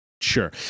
Sure